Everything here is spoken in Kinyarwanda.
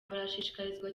barashishikarizwa